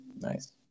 nice